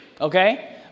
okay